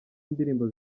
indirimbo